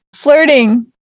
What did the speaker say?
flirting